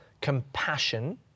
compassion